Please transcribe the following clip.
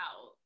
out